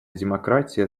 демократия